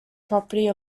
property